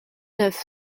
neuf